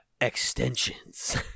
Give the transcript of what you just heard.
extensions